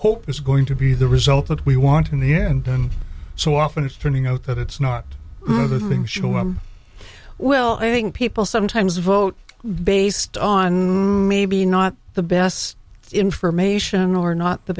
hope is going to be the result that we want in the end and so often it's turning out that it's not being sure well i think people sometimes vote based on maybe not the best information or not the